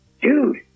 dude